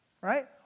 right